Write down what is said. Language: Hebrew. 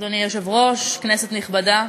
אדוני היושב-ראש, כנסת נכבדה,